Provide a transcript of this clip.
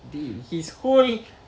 dey his whole